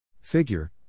Figure